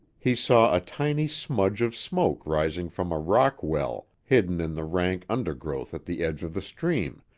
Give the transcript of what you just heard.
he saw a tiny smudge of smoke rising from a rock well hidden in the rank undergrowth at the edge of the stream,